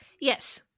Yes